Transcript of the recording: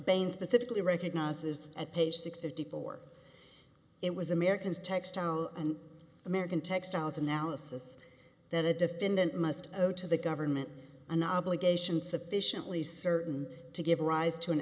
bain specifically recognizes a page six fifty four it was americans textile and american textiles analysis that a defendant must owed to the government an obligation sufficiently certain to give rise to an